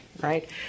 right